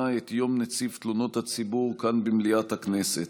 את יום נציב תלונות הציבור כאן במליאת הכנסת.